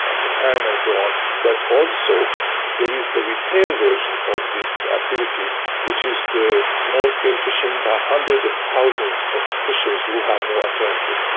ah japan and so on but also there is the retail version of this activity which is the small-scale fishing by hundreds of thousands of fishers who have no alternative.